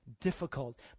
difficult